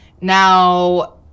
Now